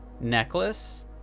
necklace